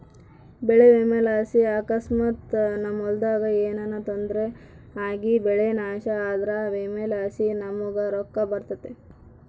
ಬೆಳೆ ವಿಮೆಲಾಸಿ ಅಕಸ್ಮಾತ್ ನಮ್ ಹೊಲದಾಗ ಏನನ ತೊಂದ್ರೆ ಆಗಿಬೆಳೆ ನಾಶ ಆದ್ರ ವಿಮೆಲಾಸಿ ನಮುಗ್ ರೊಕ್ಕ ಬರ್ತತೆ